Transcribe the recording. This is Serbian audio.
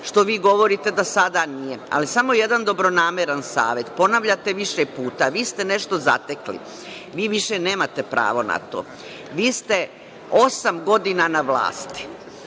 što vi govorite da sada nije. Samo jedan dobronameran savet. Ponavljate više puta. Vi ste nešto zatekli. Vi više nemate pravo na to. Vi ste osam godina na vlasti. Vi